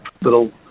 little